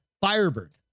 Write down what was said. Firebird